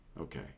okay